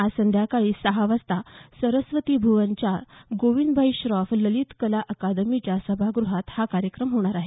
आज संध्याकाळी सहा वाजता सरस्वती भुवनच्या गोविंदभाई श्रॉफ ललित कला अकादमीच्या सभागृहात हा कार्यक्रम होणार आहे